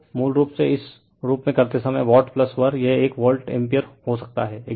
तो मूल रूप से इस रूप में करते समय वाट वर यह एक वोल्ट एम्पीयर हो सकता है